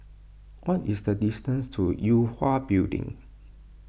what is the distance to Yue Hwa Building